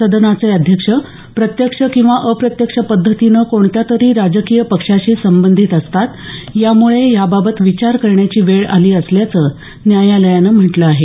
सदनाचे अध्यक्ष प्रत्यक्ष किंवा अप्रत्यक्ष पद्धतीनं कोणत्यातरी राजकीय पक्षाशी संबंधित असतात त्यामुळे याबाबत विचार करण्याची वेळ आली असल्याचं न्यायालयानं म्हटलं आहे